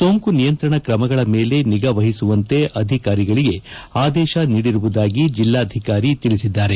ಸೋಂಕು ನಿಯಂತ್ರಣ ಕ್ರಮಗಳ ಮೇಲೆ ನಿಗಾವಹಿಸುವಂತೆ ಅಧಿಕಾರಿಗಳಿಗೆ ಆದೇಶ ನೀಡಿರುವುದಾಗಿ ಜಿಲ್ಲಾಧಿಕಾರಿ ತಿಳಿಸಿದ್ದಾರೆ